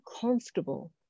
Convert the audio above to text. comfortable